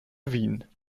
wien